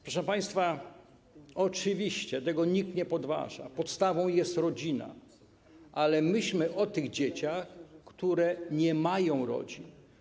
Proszę państwa, oczywiście tego nikt nie podważa, podstawą jest rodzina, ale myślmy o tych dzieciach, które nie mają rodzin.